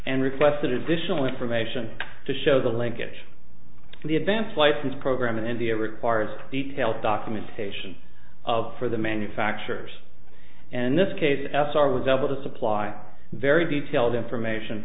and requested additional information to show the linkage to the advance license program in india requires detailed documentation of for the manufacturers and this case s r was able to supply very detailed information